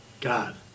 God